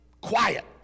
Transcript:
quiet